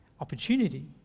opportunity